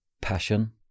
Passion